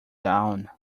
down